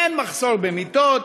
אין מחסור במיטות,